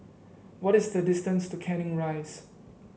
what is the distance to Canning Rise